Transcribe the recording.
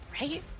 Right